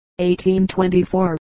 1824